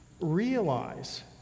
realize